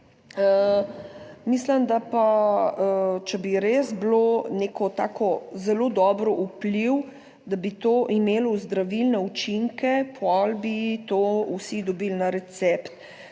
Mislim, da pa, če bi res bilo neko tako zelo dobro, vpliv, da bi to imelo zdravilne učinke, potem bi to vsi dobili na recept,